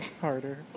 harder